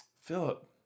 philip